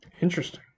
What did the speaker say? Interesting